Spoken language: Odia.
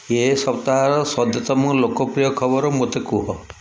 ଏ ସପ୍ତାହର ସଦ୍ୟତମ ଲୋକପ୍ରିୟ ଖବର ମୋତେ କୁହ